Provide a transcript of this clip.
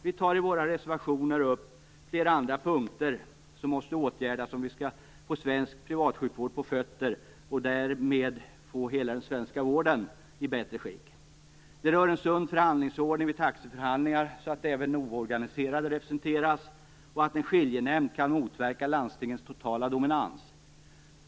Vi tar i våra reservationer upp flera andra punkter som måste åtgärdas om vi skall få svensk privatsjukvård på fötter och därmed få hela den svenska vården i bättre skick. Det rör en sund förhandlingsordning vid taxeförhandlingar, så att även oorganiserade representeras och att en skiljenämnd kan motverka landstingens totala dominans.